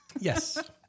yes